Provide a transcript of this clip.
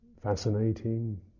fascinating